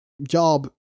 job